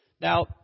Now